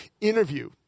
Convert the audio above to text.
interview